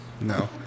No